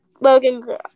Logan